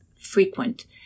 frequent